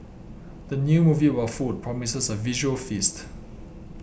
the new movie about food promises a visual feast